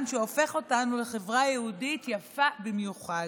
שהופך אותנו לחברה יהודית יפה במיוחד.